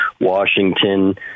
Washington